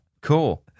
Cool